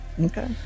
Okay